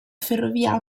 ferrovia